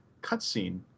cutscene